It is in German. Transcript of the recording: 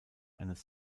eines